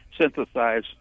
synthesize